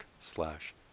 slash